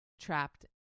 trapped